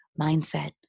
mindset